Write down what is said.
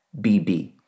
BB